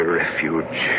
refuge